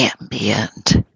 ambient